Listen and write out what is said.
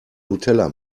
nutella